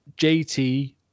jt